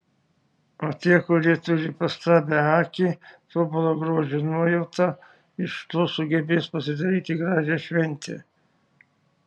o tie kurie turi pastabią akį tobulą grožio nuojautą iš to sugebės pasidaryti gražią šventę